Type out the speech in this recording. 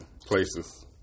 places